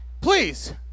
please